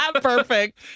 Perfect